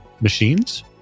machines